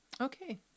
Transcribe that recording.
Okay